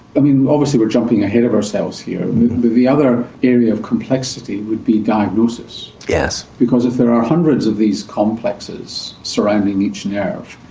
i mean, obviously we're jumping ahead of ourselves here, but the other area of complexity would be diagnosis. yes. because if there are hundreds of these complexes surrounding each nerve,